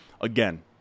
again